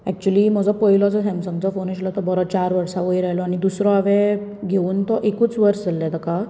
actually म्हजो पयलो जो सॅमसंगचो फोन आशिल्लो तो बरो चार वर्सां वयर आयलो आनी दुसरो हांवें घेवून तो एकूच वर्स जाल्लें ताका